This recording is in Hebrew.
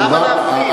למה להפחיד?